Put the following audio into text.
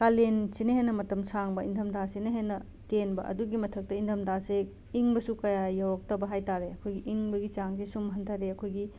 ꯀꯥꯂꯦꯟꯁꯤꯅ ꯍꯦꯟꯅ ꯃꯇꯝ ꯁꯥꯡꯕ ꯏꯪꯊꯝꯊꯥꯁꯤꯅ ꯍꯦꯟꯅ ꯇꯦꯟꯕ ꯑꯗꯨꯒꯤ ꯃꯊꯛꯇ ꯏꯪꯊꯝꯊꯥꯁꯦ ꯏꯪꯕꯁꯨ ꯀꯌꯥ ꯌꯧꯔꯛꯇꯕ ꯍꯥꯏ ꯇꯥꯔꯦ ꯑꯩꯈꯣꯏꯒꯤ ꯏꯪꯕꯒꯤ ꯆꯥꯡꯁꯦ ꯁꯨꯝ ꯍꯟꯊꯔꯑꯦ ꯑꯩꯈꯣꯏꯒꯤ